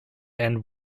end